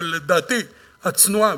אבל לדעתי הצנועה,